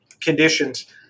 conditions